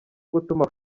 gutuma